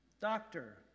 Doctor